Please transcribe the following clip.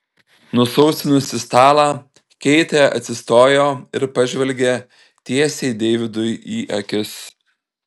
nusausinusi stalą keitė atsistojo ir pažvelgė tiesiai deividui į akis